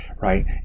right